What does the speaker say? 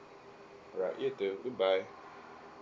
alright you too goodbye